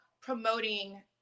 promoting